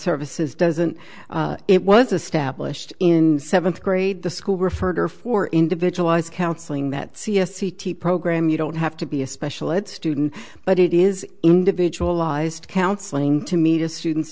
services doesn't it was established in seventh grade the school referred her for individualized counseling that c s e t program you don't have to be a special ed student but it is individualized counseling to meet a student